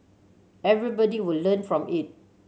everybody will learn from it